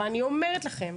ואני אומרת לכם,